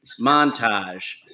Montage